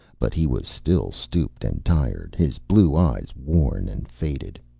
but he was still stooped and tired, his blue eyes worn and faded.